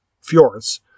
fjords